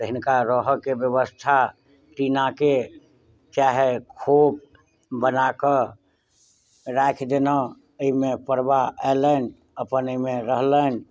तऽ हिनका रहऽ के व्यवस्था टीनाके चाहे खोप बनाकऽ राखि देलहुॅं एहिमे पड़बा अयलनि अपन एहिमे रहलनि